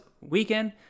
weekend